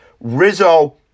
Rizzo